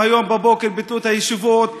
גם היום בבוקר ביטלו את הישיבות.